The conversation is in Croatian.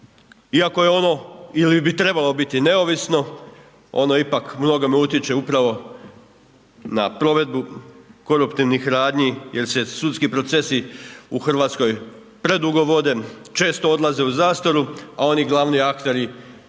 iako je ono ili bi trebalo biti neovisno ono ipak u mnogome utječe upravo na provedbu koruptivnih radnji jer se sudski procesi u Hrvatskoj predugo vode, često odlaze u zastaru a oni glavni akteri ne budu